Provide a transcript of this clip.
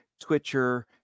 Twitcher